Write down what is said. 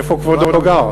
איפה כבודו גר?